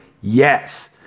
Yes